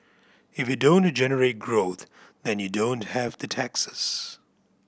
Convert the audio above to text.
if you don't generate growth then you don't have the taxes